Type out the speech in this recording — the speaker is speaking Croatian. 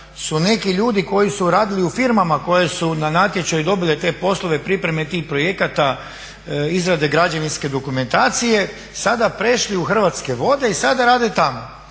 su neki ljudi koji su radili u firmama koje su na natječaju dobile te poslove pripreme tih projekata, izrade građevinske dokumentacije sada prešli u Hrvatske vode i sada rade tamo.